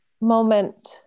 moment